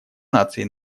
наций